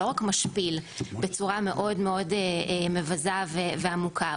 רק משפיל בצורה מאוד מאוד מבזה ועמוקה,